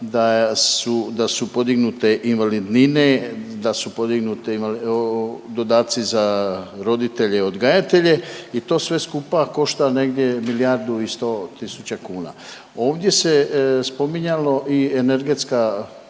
da su podignute invalidnine, da su podignuti dodaci za roditelje odgajatelje i to sve skupa košta negdje milijardu i sto tisuća kuna. Ovdje se spominjalo i energetsko